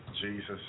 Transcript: Jesus